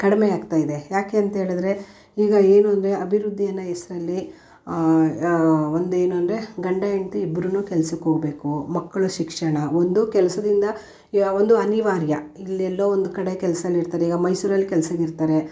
ಕಡಿಮೆ ಆಗ್ತಾಯಿದೆ ಏಕೆ ಅಂಥೇಳಿದರೆ ಈಗ ಏನೆಂದರೆ ಅಭಿವೃದ್ಧಿ ಅನ್ನೋ ಹೆಸರಲ್ಲಿ ಒಂದು ಏನೆಂದರೆ ಗಂಡ ಹೆಂಡತಿ ಇಬ್ಬರೂ ಕೆಲ್ಸಕ್ಕೆ ಹೋಗಬೇಕು ಮಕ್ಳು ಶಿಕ್ಷಣ ಒಂದು ಕೆಲಸದಿಂದ ಯ ಒಂದು ಅನಿವಾರ್ಯ ಇಲ್ಲೆಲ್ಲೋ ಒಂದು ಕಡೆ ಕೆಲಸದಲ್ಲಿ ಇರ್ತಾರೆ ಈಗ ಮೈಸೂರಲ್ಲಿ ಕೆಲ್ಸಕ್ಕೆ ಇರ್ತಾರೆ